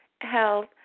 health